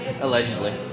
allegedly